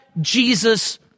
Jesus